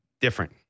Different